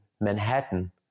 Manhattan